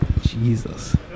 Jesus